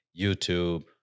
YouTube